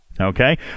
Okay